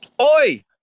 Oi